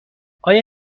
آیا